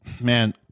man